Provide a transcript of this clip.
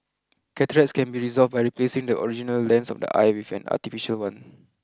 cataracts can be resolved by replacing the original lens of the eye with an artificial one